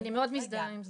אני מאוד מזדהה עם זה.